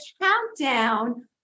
countdown